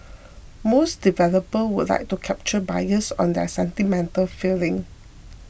most developer would like to capture buyers on their sentimental feeling